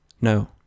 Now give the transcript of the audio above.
no